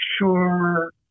sure